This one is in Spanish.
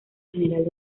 general